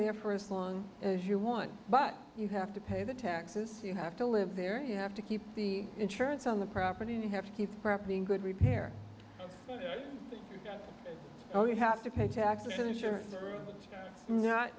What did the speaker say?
there for as long as you want but you have to pay the taxes you have to live there you have to keep the insurance on the property and you have to keep threatening good repair oh you have to pay taxes and insurance